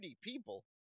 people